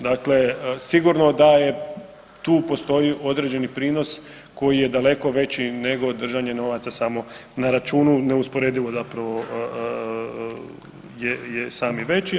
Dakle, sigurno da tu postoji određeni prinos koji je daleko veći nego držanje novaca samo na računu, neusporedivo zapravo je, je sami veći.